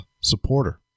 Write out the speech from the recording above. supporter